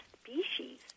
species